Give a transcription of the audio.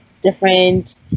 different